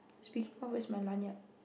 speaking always my lanyard